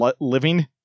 Living